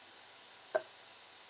uh